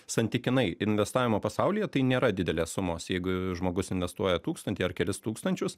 santykinai investavimo pasaulyje tai nėra didelės sumos jeigu žmogus investuoja tūkstantį ar kelis tūkstančius